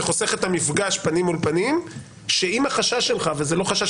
זה חוסך את המפגש פנים מול פנים שאם החשש שלך וזה לא חשש